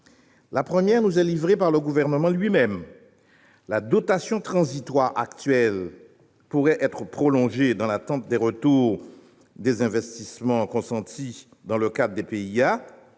La première nous est livrée par le Gouvernement lui-même : la dotation transitoire actuelle pourrait être prolongée, dans l'attente des retours des investissements consentis dans le cadre des PIA.